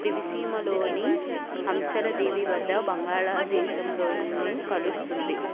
దివిసీమలోని హంసల దేవి వద్ద బంగాళదేశంలోని కలుస్తుంది